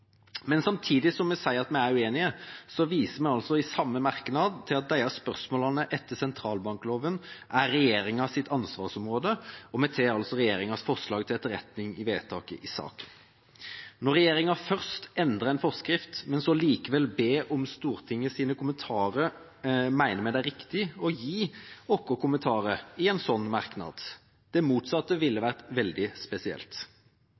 Samtidig som vi sier at vi er uenige, viser vi i samme merknad til at disse spørsmålene etter sentralbankloven er regjeringas ansvarsområde, og vi tar altså regjeringas forslag til etterretning ved vedtak i saken. Når regjeringa først endrer en forskrift, men så likevel ber Stortinget om kommentarer, mener vi det er riktig å gi våre kommentarer i en sånn merknad. Det motsatte ville vært veldig spesielt.